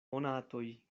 monatoj